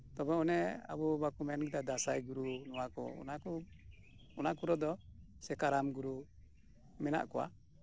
ᱛᱚᱵᱮ ᱚᱱᱮ ᱵᱟᱠᱚ ᱢᱮᱱ ᱟᱠᱫᱟ ᱫᱟᱸᱥᱟᱭ ᱜᱩᱨᱩ ᱱᱚᱣᱟ ᱠᱚ ᱚᱱᱟᱠᱚ ᱚᱱᱟ ᱠᱚᱨᱮᱫᱚ ᱥᱮ ᱠᱟᱨᱟᱢ ᱜᱩᱨᱩ ᱢᱮᱱᱟᱜ ᱠᱚᱣᱟ